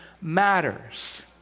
matters